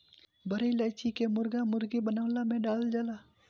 बड़ी इलायची के मुर्गा मुर्गी बनवला में डालल जाला